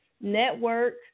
network